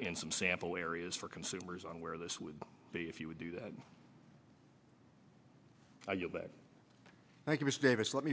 in some sample areas for consumers on where this would be if you would do that thank you mr davis let me